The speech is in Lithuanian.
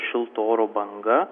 šilta oro banga